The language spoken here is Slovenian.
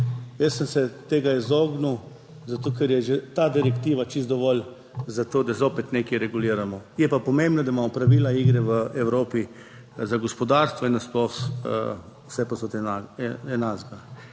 Jaz sem se tega izognil, zato ker je že ta direktiva čisto dovolj za to, da zopet nekaj reguliramo. Je pa pomembno, da imamo pravila igre v Evropi za gospodarstvo in nasploh vsepovsod enakega.